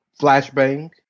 flashbang